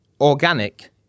organic